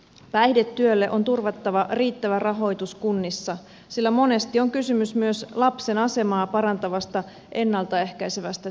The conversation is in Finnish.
päihdetyölle on turvattava riittävä rahoitus kunnissa sillä monesti on kysymys myös lapsen asemaa parantavasta ennalta ehkäisevästä työstä